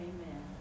Amen